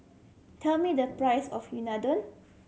tell me the price of Unadon